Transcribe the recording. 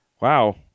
Wow